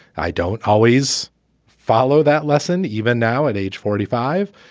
i don't always follow that lesson. even now, at age forty five,